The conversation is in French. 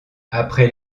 après